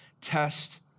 test